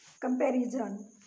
Comparison